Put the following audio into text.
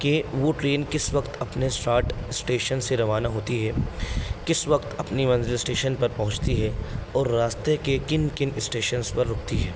کہ وہ ٹرین کس وقت اپنے سارٹ اسٹیشن سے روانہ ہوتی ہے کس وقت اپنی منزل اسٹیشن پر پہنچتی ہے اور راستے کے کن کن اسٹیشنس پر رکتی ہے